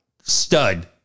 stud